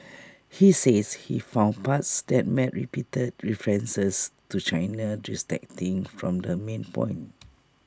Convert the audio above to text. he says he found parts that made repeated references to China to distracting from her main point